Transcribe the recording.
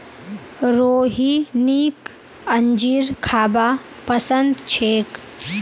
रोहिणीक अंजीर खाबा पसंद छेक